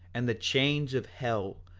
and the chains of hell,